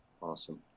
Awesome